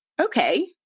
okay